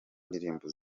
ndirimbo